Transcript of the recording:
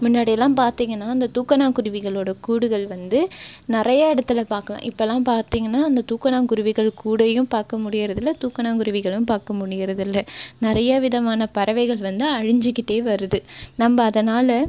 முன்னாடியெல்லாம் பார்த்தீங்கனா இந்த தூக்கணாங்குருவிகளோடய கூடுகள் வந்து நிறைய இடத்துல பார்க்கலாம் இப்பெல்லாம் பார்த்தீங்கனா இந்த தூக்கணாங்குருவிகள் கூடயும் பார்க்க முடிகிறது இல்லை தூக்கணாங்குருவிகளையும் பார்க்க முடிகிறது இல்லை நிறைய விதமான பறவைகள் வந்து அழிஞ்சுகிட்டே வருது நம்ம அதனால்